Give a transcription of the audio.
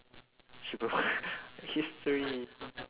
shippable history